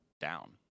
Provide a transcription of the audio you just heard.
down